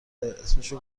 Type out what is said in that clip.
اسمشو